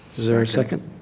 is there a second?